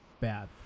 bad